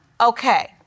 Okay